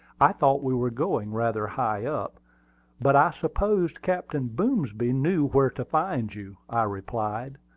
i thought we were going rather high up but i supposed captain boomsby knew where to find you, i replied,